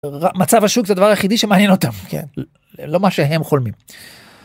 מצב השוק הדבר היחידי שמעניין אותם, כן? לא מה שהם חולמים.